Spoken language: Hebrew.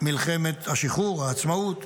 מלחמת השחרור, העצמאות,